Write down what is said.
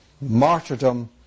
martyrdom